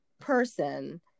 person